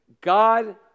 God